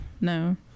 No